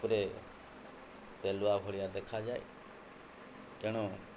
ଉପରେ ତେଲ ଭଳିଆ ଦେଖାଯାଏ ତେଣୁ